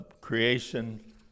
creation